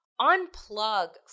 unplug